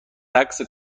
رقص